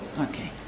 Okay